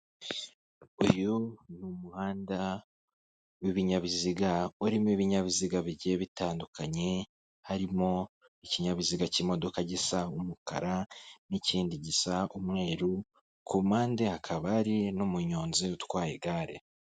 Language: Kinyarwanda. Uyu ni umuhanda w'ibinyabiziga urimo ibinyabiziga bigiye bitandukanye harimo: ikinyabiziga cy'imodoka gisa'umukara n'ikindi gisa umweru ku mpande hakaba hari n'umuyonzi utwaye igare.